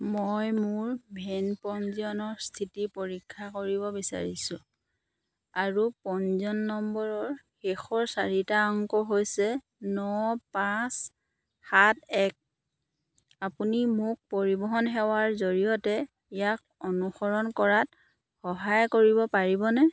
মই মোৰ ভেন পঞ্জীয়নৰ স্থিতি পৰীক্ষা কৰিব বিচাৰিছোঁ আৰু পঞ্জীয়ন নম্বৰৰ শেষৰ চাৰিটা অংক হৈছে ন পাঁচ সাত এক আপুনি মোক পৰিৱহণ সেৱাৰ জৰিয়তে ইয়াক অনুসৰণ কৰাত সহায় কৰিব পাৰিবনে